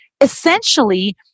essentially